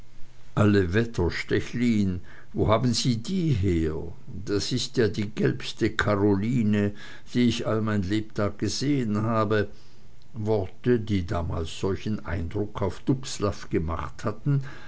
alle wetter stechlin wo haben sie die her das ist ja die gelbste karoline die ich all mein lebtag gesehen habe worte die damals solchen eindruck auf dubslav gemacht hatten